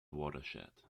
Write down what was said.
watershed